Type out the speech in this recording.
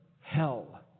hell